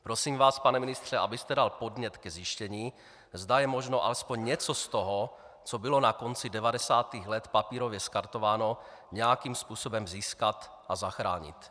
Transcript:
Prosím vás, pane ministře, abyste dal podnět ke zjištění, zda je možno alespoň něco z toho, co bylo na konci devadesátých let papírově skartováno, nějakým způsobem získat a zachránit.